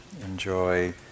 Enjoy